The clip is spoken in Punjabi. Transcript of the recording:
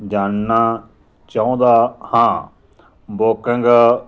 ਜਾਣਨਾ ਚਾਹੁੰਦਾ ਹਾਂ ਬੁਕਿੰਗ